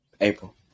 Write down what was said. April